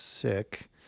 sick